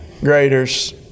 graders